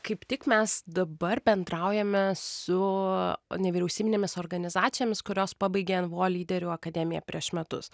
kaip tik mes dabar bendraujame su nevyriausybinėmis organizacijomis kurios pabaigė nvo lyderių akademiją prieš metus